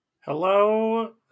Hello